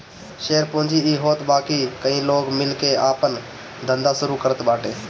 share पूंजी इ होत बाकी कई लोग मिल के आपन धंधा शुरू करत बाटे